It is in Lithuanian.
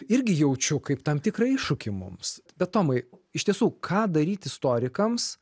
irgi jaučiu kaip tam tikrą iššūkį mums bet tomai iš tiesų ką daryt istorikams